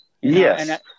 Yes